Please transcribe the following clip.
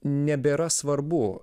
nebėra svarbu